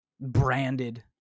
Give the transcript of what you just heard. branded